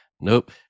Nope